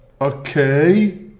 okay